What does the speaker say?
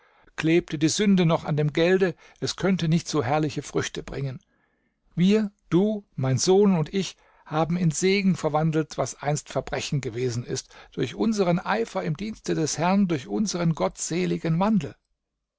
klebte die sünde noch an dem gelde es könnte nicht so herrliche früchte bringen wir du mein sohn und ich haben in segen verwandelt was einst verbrechen gewesen ist durch unseren eifer im dienste des herrn durch unseren gottseligen wandel